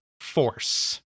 Force